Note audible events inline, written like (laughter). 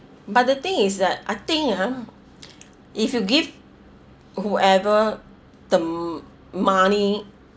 but the thing is that I think ah (noise) if you give whoever the money